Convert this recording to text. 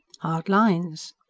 hard lines!